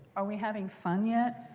are we having fun yet?